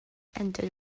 entered